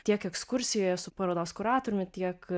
tiek ekskursijoje su parodos kuratorių tiek